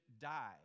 died